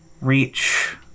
reach